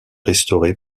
restauré